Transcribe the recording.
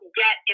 get